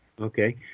Okay